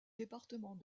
département